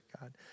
God